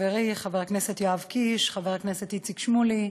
חברי חבר הכנסת יואב קיש, חבר הכנסת איציק שמולי,